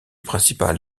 principale